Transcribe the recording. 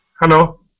Hello